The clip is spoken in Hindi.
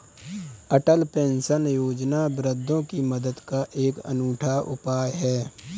अटल पेंशन योजना वृद्धों की मदद का एक अनूठा उपाय है